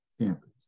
campus